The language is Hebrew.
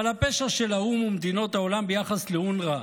אבל הפשע של האו"ם ומדינות העולם ביחס לאונר"א